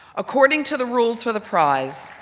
according to the rules for the prize.